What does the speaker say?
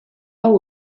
hau